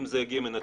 אם זה הגיע מנתיב.